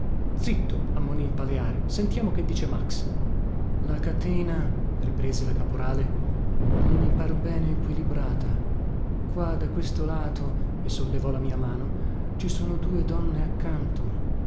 zitto ammonì il paleari sentiamo che dice max la catena riprese la caporale non gli par bene equilibrata qua da questo lato e sollevò la mia mano ci sono due donne accanto